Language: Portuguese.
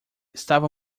estava